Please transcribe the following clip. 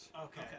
Okay